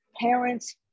parents